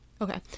Okay